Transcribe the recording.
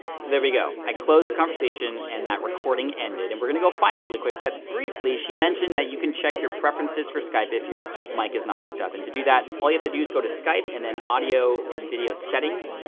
so there we go. i close the conversation, and that recording ended, and we're gonna go find it really quick. but briefly, she mentioned that you can check your preferences for skype if your mic is not hooked up. and to do that, all you have to do is go to skype and then audio and video settings.